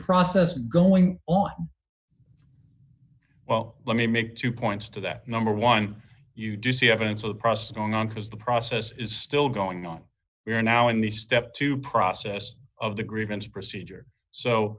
process going on well let me make two points to that number one you do see evidence of process going on because the process is still going on right now in the step two process of the grievance procedure so